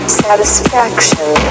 satisfaction